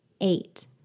Eight